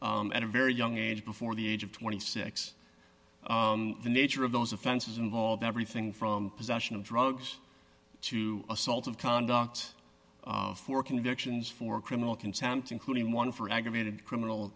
had at a very young age before the age of twenty six the nature of those offenses involved everything from possession of drugs to assault of conduct for convictions for criminal contempt including one for aggravated criminal